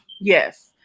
yes